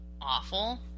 awful